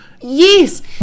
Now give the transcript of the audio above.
Yes